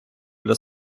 для